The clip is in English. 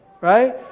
right